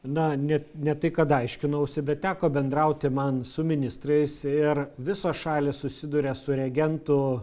na ne ne tai kad aiškinausi bet teko bendrauti man su ministrais ir visos šalys susiduria su reagentų